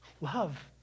Love